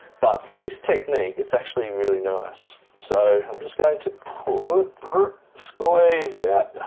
but for this technique it's actually really nice. so i'm just going to put squeeze